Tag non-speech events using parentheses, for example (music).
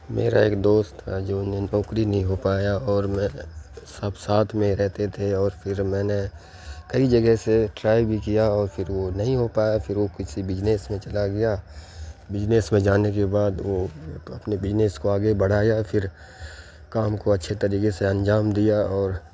میرا ایک دوست تھا جو (unintelligible) پوکری نہیں ہو پایا اور میں سب ساتھ میں رہتے تھے اور پھر میں نے کئی جگہ سے ٹرائی بھی کیا اور پھر وہ نہیں ہو پایا پھر وہ کسی بزنس میں چلا گیا بزنس میں جانے کے بعد وہ اپنے بزنس کو آگے بڑھایا پھر کام کو اچھے طریقے سے انجام دیا اور